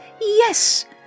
yes